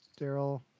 Daryl